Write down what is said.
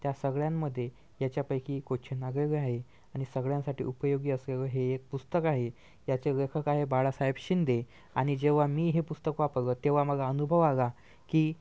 त्या सगळ्यांमध्ये ह्याच्यापैकी क्वेस्चन हा वेगवेगळे आहे आणि सगळ्यांसाठी उपयोगी असं हे एक पुस्तक आहे ह्याचे लेखक आहे बाळासाहेब शिंदे आणि जेव्हा मी हे पुस्तक वापरलं तेव्हा मला अनुभव आला की